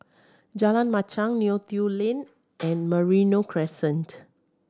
Jalan Machang Neo Tiew Lane and Merino Crescent